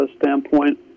standpoint